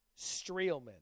Streelman